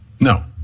No